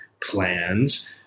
plans